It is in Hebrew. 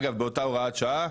אגב באותה הוראת השעה,